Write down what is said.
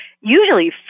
usually